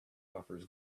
offers